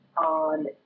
on